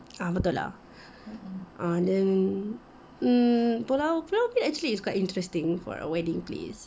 ah betul lah uh then mm pulau ubin is actually quite interesting for a wedding